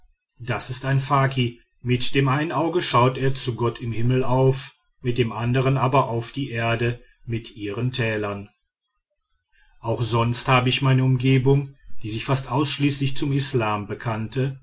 das ist ein faki mit dem einen auge schaut er zu gott im himmel auf mit dem andern aber auf die erde mit ihren tälern auch sonst habe ich meine umgebung die sich fast ausschließlich zum islam bekannte